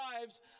lives